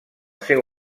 seu